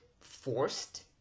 forced